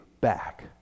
back